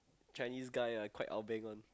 Chinese guy ah quite ah-beng [one]